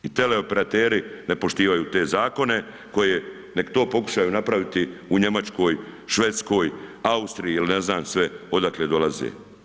I teleoperateri ne poštivaju te zakone koje, nek to pokušaju napraviti u Njemačkoj, Švedskoj, Austriji, ili ne znam sve odakle dolaze.